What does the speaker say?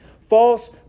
false